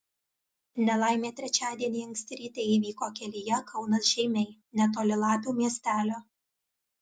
nelaimė trečiadienį anksti ryte įvyko kelyje kaunas žeimiai netoli lapių miestelio